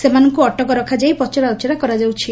ସେମାନଙ୍କ ଅଟକ ରଖାଯାଇ ପଚରାଉଚ୍ରରା କରାଯାଉଛି